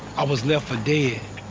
i was left for dead.